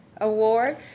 Award